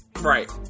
Right